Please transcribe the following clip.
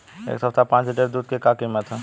एह सप्ताह पाँच लीटर दुध के का किमत ह?